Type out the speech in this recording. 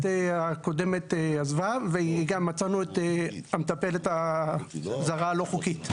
הקודמת עזבה ומצאנו את המטפלת הזרה הלא חוקית.